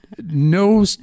no